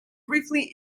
briefly